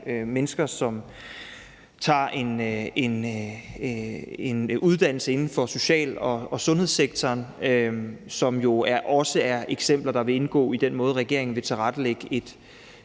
mennesker, som tager en uddannelse inden for social- og sundhedssektoren. Og det er også eksempler, der vil indgå i den måde, regeringen vil tilrettelægge et